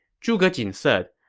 zhuge jin said,